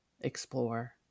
explore